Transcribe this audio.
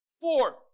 Four